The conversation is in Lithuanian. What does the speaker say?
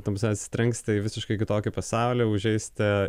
tamsa atsitrenksite į visiškai kitokį pasaulį užeisite